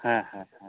ᱦᱮᱸ ᱦᱮ ᱸ ᱦᱮᱸ